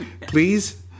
Please